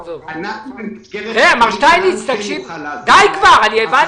אם אנחנו נגיע לפתרון והפתרון הזה עולה כסף,